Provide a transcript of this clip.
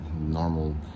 normal